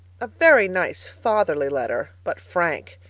a very nice, fatherly letter but frank!